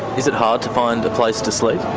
is it hard to find a place to sleep?